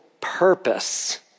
purpose